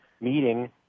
meeting